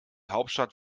hauptstadt